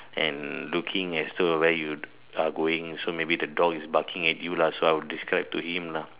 and looking as so where you are going so maybe the dog is barking at you lah so I will describe to him lah